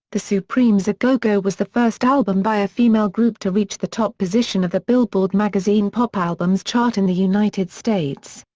the supremes a' ah go-go was the first album by a female group to reach the top position of the billboard magazine pop albums chart in the united states.